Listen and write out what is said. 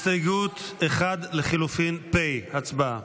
הסתייגות 1 לחלופין פ' הצבעה.